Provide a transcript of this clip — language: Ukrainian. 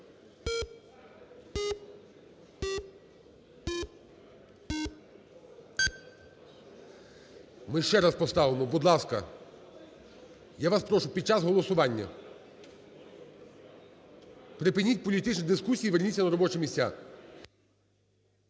Ми ще раз поставимо. Будь ласка, я вас прошу, під час голосування припиніть політичні дискусії, верніться на робочі місця.